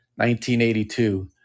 1982